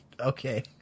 Okay